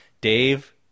Dave